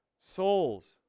souls